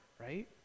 right